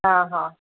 हा हा